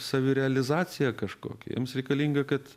savirealizacija kažkokia jiems reikalinga kad